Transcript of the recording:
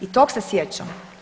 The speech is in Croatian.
I tog se sjećam.